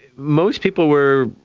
most people were,